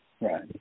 Right